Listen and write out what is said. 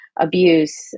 abuse